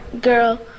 girl